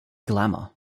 glamour